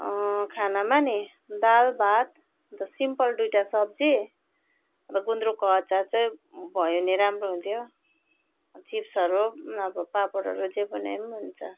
अँ खानामा नि दाल भात र सिम्पल दुईवटा सब्जी अन्त गुन्द्रुकको आचार चाहिँ भयो भने राम्रो हुन्थ्यो चिप्सहरू नभए पापडहरू जे बनाए पनि हुन्छ